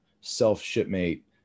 self-shipmate